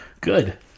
good